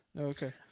Okay